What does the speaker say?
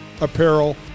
apparel